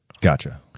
Gotcha